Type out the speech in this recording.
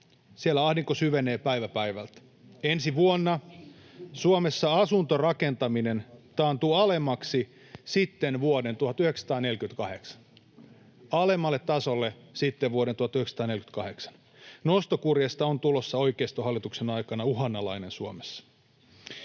Siellä ahdinko syvenee päivä päivältä. Ensi vuonna Suomessa asuntorakentaminen taantuu alimmaksi sitten vuoden 1948 — alimmalle tasolle sitten vuoden 1948. Nostokurjesta on tulossa oikeistohallituksen aikana uhanalainen Suomessa.